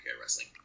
Wrestling